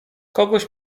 kogoś